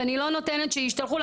ואני לא נותנת שישתלחו,